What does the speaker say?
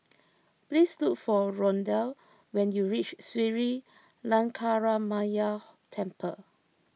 please look for Rondal when you reach Sri Lankaramaya Temple